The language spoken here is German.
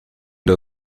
der